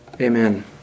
Amen